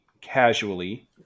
casually